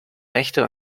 rechte